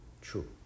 true